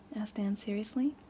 asked anne seriously.